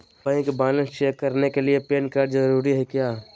Bank balance check करने के लिए पैन कार्ड जरूरी है क्या?